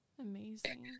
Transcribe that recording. Amazing